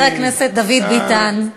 חבר הכנסת דוד ביטן,